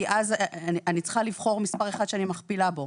כי אם אני צריכה לבחור מספר אחד שאני מכפילה בו,